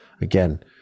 again